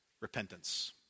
repentance